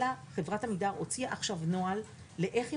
אלא חברת עמידר הוציאה עכשיו נוהל איך היא